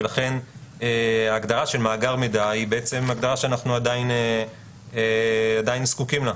ולכן ההגדרה של "מאגר מידע" היא הגדרה שאנחנו עדיין זקוקים לה,